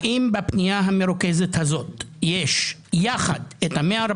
האם בפנייה המרוכזת הזאת יש יחד את ה-140